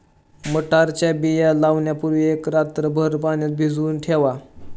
मटारच्या बिया लावण्यापूर्वी एक रात्रभर पाण्यात भिजवून ठेवा